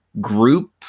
group